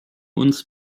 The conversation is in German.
uns